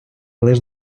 лиш